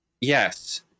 Yes